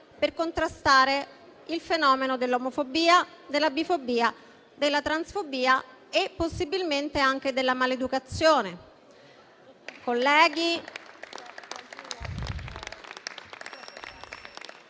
per contrastare il fenomeno dell'omofobia, della bifobia, della transfobia, e possibilmente anche della maleducazione...